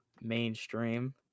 mainstream